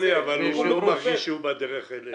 הוא מקנא, אבל הוא לא מרגיש שהוא בדרך אלינו.